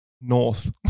north